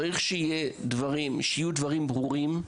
צריכים שיהיו דברים ברורים,